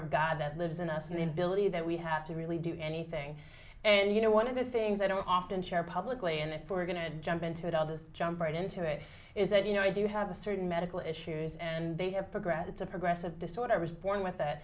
of god that lives in us and the ability that we have to really do anything and you know one of the things i don't often share publicly and if we're going to jump into it i'll just jump right into it is that you know i do have a certain medical issues and they have progressed it's a progressive disorder i was born with